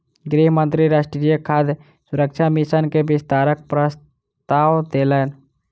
गृह मंत्री राष्ट्रीय खाद्य सुरक्षा मिशन के विस्तारक प्रस्ताव देलैन